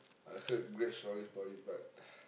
I heard great stories about it but